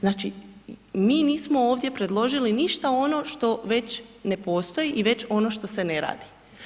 Znači mi nismo ovdje predložili ništa ono što već ne postoji i već ono što se ne radi.